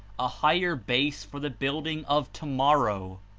a higher base for the building of tomorrow.